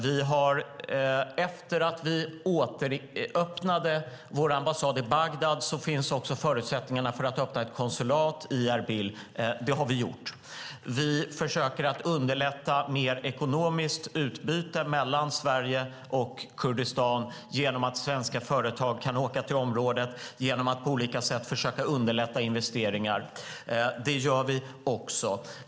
Efter det att vi återöppnade vår ambassad i Bagdad finns förutsättningarna för att öppna ett konsulat i Erbil. Det har vi gjort. Vi försöker underlätta mer ekonomiskt utbyte mellan Sverige och Kurdistan genom att svenska företag kan åka till området. Vi försöker på olika sätt underlätta investeringar.